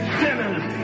sinners